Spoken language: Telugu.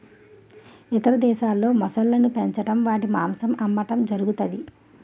ఇతర దేశాల్లో మొసళ్ళను పెంచడం వాటి మాంసం అమ్మడం జరుగుతది